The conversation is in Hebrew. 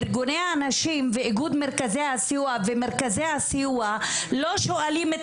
ארגוני הנשים ואיגוד מרכזי הסיוע ומרכזי הסיוע לא שואלים את